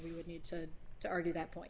we would need to to argue that point